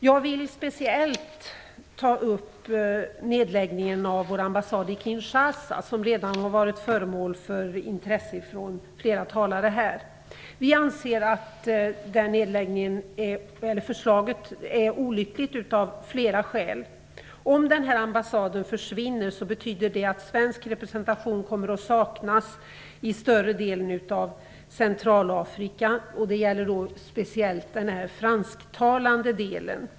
Jag vill speciellt ta upp nedläggning av vår ambassad i Kinshasa. Den har redan varit föremål för intresse från flera talare tidigare. Vi anser att det förslaget är olyckligt av flera skäl. Om ambassaden försvinner betyder det att svensk representation kommer att saknas i större delen av Centralafrika, och speciellt i den fransktalande delen.